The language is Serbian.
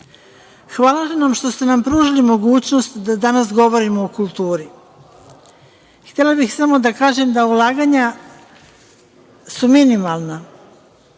vam, što ste nam pružili mogućnost da danas govorimo o kulturi. Htela bih samo da kažem da ulaganja su minimalna,